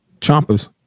chompers